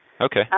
okay